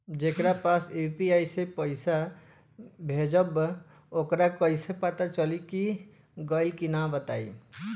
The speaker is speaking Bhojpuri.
जेकरा पास यू.पी.आई से पईसा भेजब वोकरा कईसे पता चली कि गइल की ना बताई?